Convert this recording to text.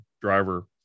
driver